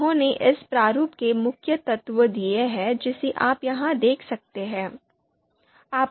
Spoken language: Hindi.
उन्होंने इस प्रारूप के मुख्य तत्व दिए हैं जो आप यहां देख सकते हैं